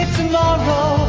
tomorrow